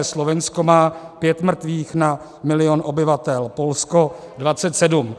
Slovensko má pět mrtvých na milion obyvatel, Polsko 27.